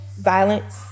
violence